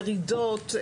מרידות,